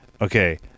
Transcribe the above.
Okay